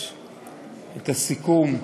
את הסיכום.